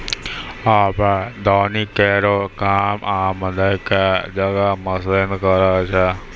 आबे दौनी केरो काम आदमी क जगह मसीन करै छै